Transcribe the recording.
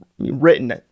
written